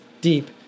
deep